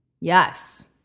Yes